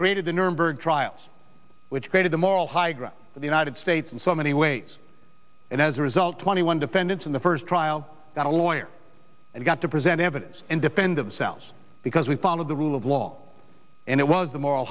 nuremberg trials which created the moral high ground for the united states and so many ways and as a result twenty one defendants in the first trial that a lawyer and got to present evidence and defend themselves because we founded the rule of law and it was the moral